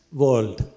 world